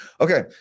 Okay